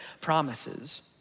promises